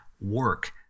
work